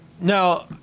Now